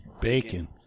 bacon